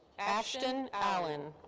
ashton allen.